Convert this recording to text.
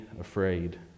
afraid